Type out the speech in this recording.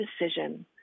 decision